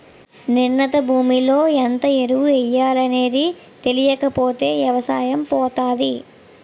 నిర్ణీత భూమిలో ఎంత ఎరువు ఎయ్యాలనేది తెలీకపోతే ఎవసాయం పోతాది